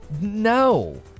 No